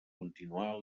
continuar